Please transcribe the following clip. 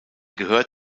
gehört